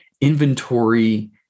Inventory